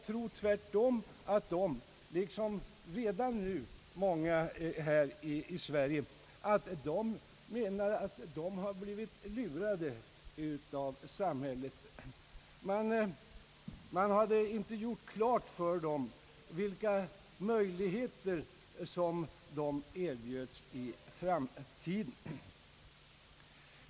De menar nog — liksom många redan nu i Sverige — att de blivit lurade av samhället. Man hade inte gjort klart för dem vilka möjligheter som erbjöds dem i framtiden.